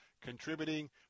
contributing